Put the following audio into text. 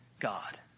God